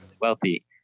wealthy